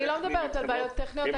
אני לא מדברת על בעיות טכניות.